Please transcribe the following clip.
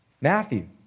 Matthew